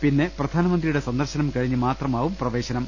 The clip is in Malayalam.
പിന്നെ പ്രിധാനമന്ത്രിയുടെ സന്ദർശനം കഴിഞ്ഞ് മാത്രമാവും പ്രവേശനം